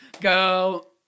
Go